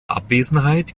abwesenheit